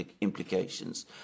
implications